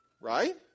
Right